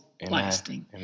lasting